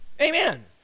Amen